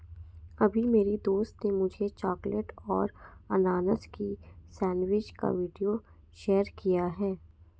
अभी मेरी दोस्त ने मुझे चॉकलेट और अनानास की सेंडविच का वीडियो शेयर किया है